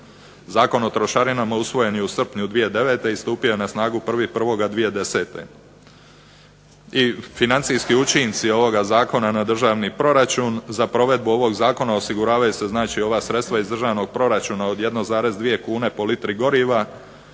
Zakon o trošarinama usvojen je u srpnju 2009. i stupio je na snagu 1.1. 2010. I financijski učinci ovog Zakona na državni proračun za provedbu ovog zakona osiguravaju se ova sredstva iz državnog proračuna od 1,2 kune po litri goriva,